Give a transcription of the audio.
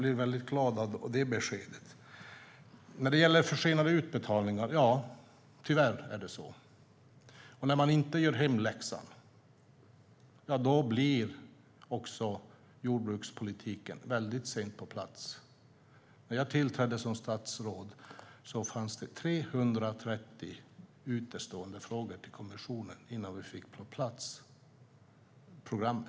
Därför blir jag glad för det beskedet. När det gäller försenade utbetalningar är det tyvärr så som det är. När man inte gör hemläxan kommer också jordbrukspolitiken väldigt sent på plats. När jag tillträdde som statsråd fanns det 330 utestående frågor till kommissionen innan vi fick programmet på plats.